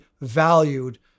valued